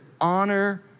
honor